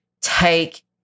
take